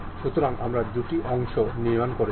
সুতরাং আসুন আমরা এই Z ডাইরেক্শনেটি নির্বাচন করি